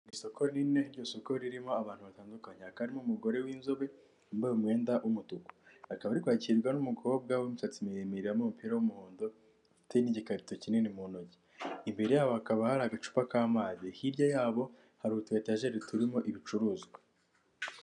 isoko rinini iryo soko ririmo abantu batandukanye hakaba harimo umugore w'inzobe wambaye umwenda wumutuku akaba ari kwakirwa n'umukobwa w'imisatsi miremire wambaye umupira w'umuhondo ufite n'igikarito kinini mu ntoki. Imbere yabo hakaba hari agacupa k'amazi hirya yabo hari utu etajeri turimo ibicuruzwa.